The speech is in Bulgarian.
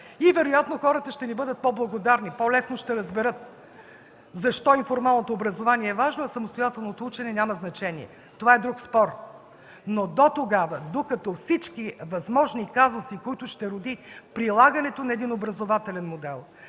и вероятно хората ще ни бъдат по-благодарни, по-лесно ще разберат защо информалното образование е важно, а самостоятелното учене няма значение. Това е друг спор. Докато всички възможни казуси, които ще роди прилагането на един образователен модел,